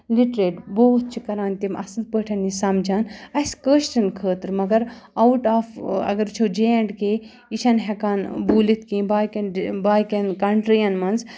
literate بوتھ چھِ کَران تِم اَصٕل پٲٹھۍ یہِ سَمجھان اَسہِ کٲشرٮ۪ن خٲطرٕ مگر آوُٹ آف اگر وٕچھو جے اینٛڈ کے یہِ چھَنہٕ ہیٚکان بوٗلِتھ کِہیٖنۍ باقٕیَن ڈِ باقٕیَن کَنٹِرٛیَن منٛز